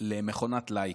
למכונת לייקים,